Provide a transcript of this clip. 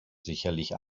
sicherlich